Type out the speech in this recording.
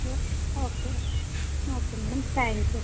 okay okay madam thank you